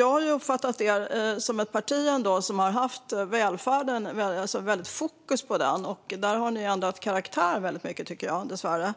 Jag har ändå uppfattat SD som ett parti med väldigt fokus på välfärden, men nu har de dessvärre ändrat karaktär